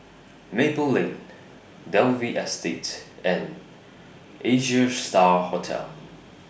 Maple Lane Dalvey Estate and Asia STAR Hotel